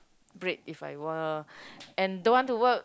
break if I were and don't want to work